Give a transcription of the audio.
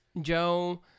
Joe